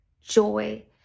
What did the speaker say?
joy